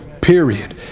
Period